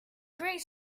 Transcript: great